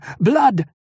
blood